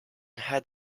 had